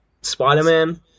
Spider-Man